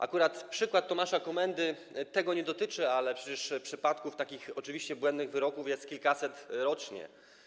Akurat przykład Tomasza Komendy tego nie dotyczy, ale przecież przypadków takich oczywiście błędnych wyroków jest kilkaset rocznie.